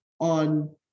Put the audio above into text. on